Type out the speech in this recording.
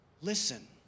Listen